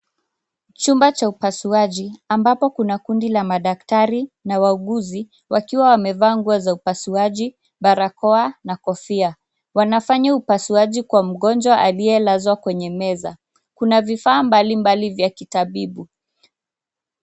Chumba cha upasuaji ambapo kuna kundi la madaktari na wauguzi wakiwa wamevaa ngo za upasuwaji, barakoa na kofia, wanafanya upasuaji kwa mgonjwa alielazwa kwenye meza, kuna vifaa mbalimbali vya kitabibu.